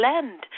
blend